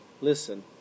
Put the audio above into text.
Listen